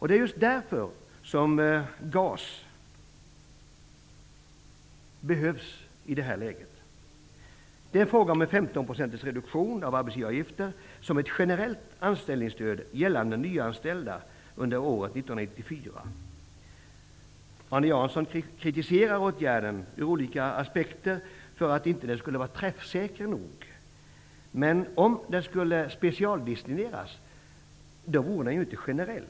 Det är därför som GAS behövs. Det är fråga om en reduktion av arbetsgivaravgiften på 15 procentenheter som ett generellt anställningsstöd gällande nyanställda under år 1994. Arne Jansson kritiserar åtgärden ur olika aspekter för att den inte skulle vara tillräckligt träffsäker. Men om den skulle specialdestineras så vore den ju inte generell.